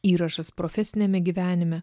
įrašas profesiniame gyvenime